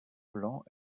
blanc